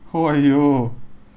!aiyo!